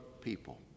people